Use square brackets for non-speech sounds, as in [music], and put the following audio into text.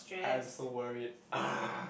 I'm so worried [breath]